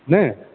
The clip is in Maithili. नहि